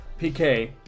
PK